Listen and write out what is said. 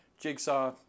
Jigsaw